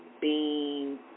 bean